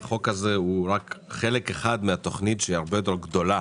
שהחוק זה הוא רק חלק אחד מתוכנית הרבה יותר גדולה